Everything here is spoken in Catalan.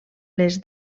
les